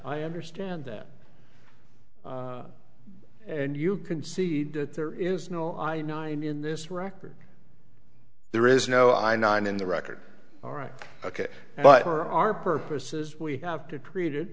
i understand that and you concede that there is no i nine in this record there is no i nine in the record all right ok but for our purposes we have to treat it